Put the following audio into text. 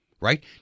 right